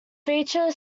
feature